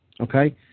okay